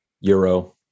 Euro